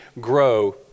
grow